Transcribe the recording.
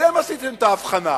אתם עשיתם את ההבחנה